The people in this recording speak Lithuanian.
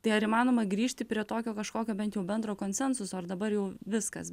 tai ar įmanoma grįžti prie tokio kažkokio bent jau bendro konsensuso ar dabar jau viskas